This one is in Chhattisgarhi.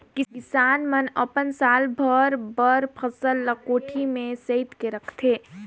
किसान मन अपन साल भर बर फसल ल कोठी में सइत के रखथे